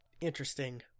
interesting